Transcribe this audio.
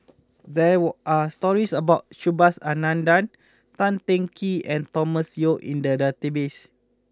there were are stories about Subhas Anandan Tan Teng Kee and Thomas Yeo in the database